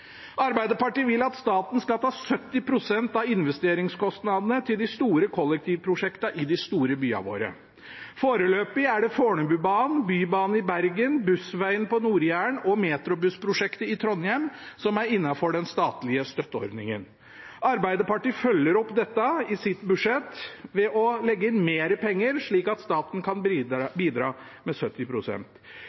Arbeiderpartiet vil at staten skal ta 70 pst. av investeringskostnadene til de store kollektivprosjektene i de store byene våre. Foreløpig er det Fornebubanen, Bybanen i Bergen, Bussveien på Nord-Jæren og metrobussprosjektet i Trondheim som er innenfor den statlige støtteordningen. Arbeiderpartiet følger opp dette i sitt budsjett ved å legge inn mer penger, slik at staten kan bidra med